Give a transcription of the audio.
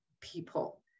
people